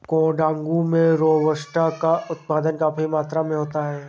कोडागू में रोबस्टा का उत्पादन काफी मात्रा में होता है